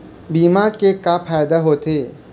बीमा के का फायदा होते?